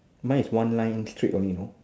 my is one line straight one you know